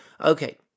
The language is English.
okay